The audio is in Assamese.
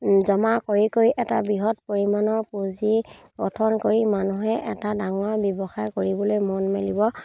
জমা কৰি কৰি এটা বৃহৎ পৰিমাণৰ পুঁজি গঠন কৰি মানুহে এটা ডাঙৰ ব্যৱসায় কৰিবলৈ মন মেলিব